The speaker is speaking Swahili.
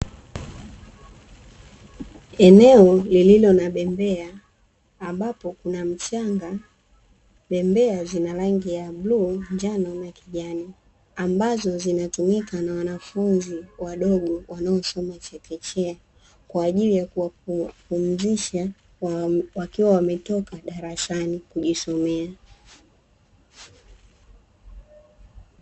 Eneo lililo na bembea ambapo kuna mchanga, bembea ina rangi ya kijani na bluu